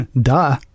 duh